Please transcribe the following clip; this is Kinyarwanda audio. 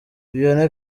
vianney